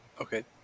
Okay